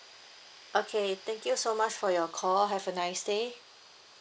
okay thank you so much for your call have a nice day